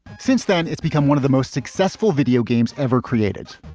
since then, it's become one of the most successful video games ever created.